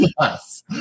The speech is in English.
Yes